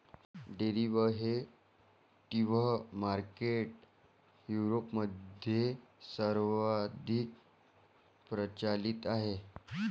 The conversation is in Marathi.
डेरिव्हेटिव्ह मार्केट युरोपमध्ये सर्वाधिक प्रचलित आहे